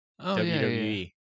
WWE